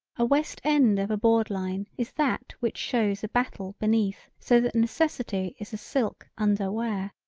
a west end of a board line is that which shows a battle beneath so that necessity is a silk under wear.